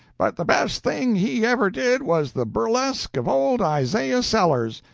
but the best thing he ever did was the burlesque of old isaiah sellers.